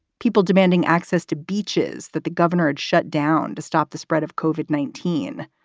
people demanding access to beaches that the governor has shut down to stop the spread of kovik, nineteen.